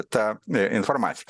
ta informacija